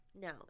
No